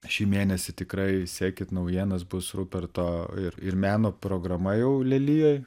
šį mėnesį tikrai sekit naujienas bus ruperto ir ir meno programa jau lelijoj